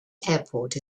airport